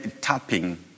tapping